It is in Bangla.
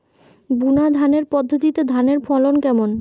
বুনাধানের পদ্ধতিতে ধানের ফলন কেমন?